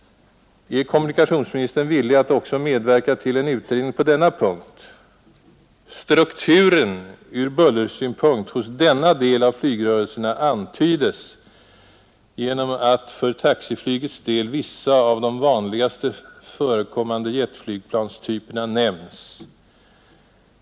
— Är kommunikationsministern villig att medverka till en utredning också på denna punkt? Strukturen ur bullersynpunkt hos denna del av flygrörelserna antyds genom att för taxiflygets del vissa av de vanligast förekommande jetflygplanstyperna nämns.